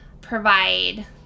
provide